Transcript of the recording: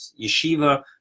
yeshiva